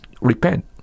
repent